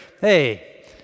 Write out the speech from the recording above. Hey